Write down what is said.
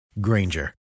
Granger